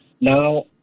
Now